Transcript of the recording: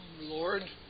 Lord